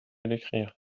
l’écrire